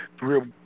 real